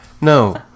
no